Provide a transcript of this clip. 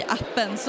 appen